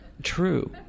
True